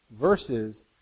Versus